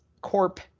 Corp